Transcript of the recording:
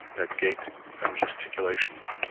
their gait and gesticulations.